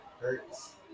hurts